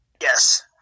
Yes